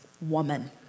woman